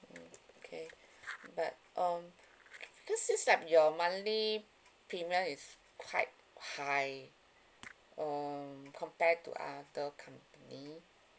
mm okay but um because seems like your monthly premium is quite high um compare to other company